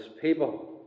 people